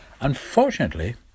Unfortunately